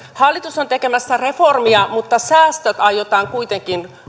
hallitus on tekemässä reformia mutta säästöt aiotaan kuitenkin